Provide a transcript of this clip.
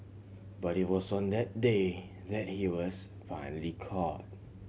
but it was on that day that he was finally caught